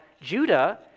Judah